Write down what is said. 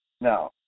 Now